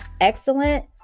excellent